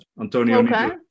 Antonio